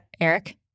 Eric